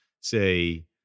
say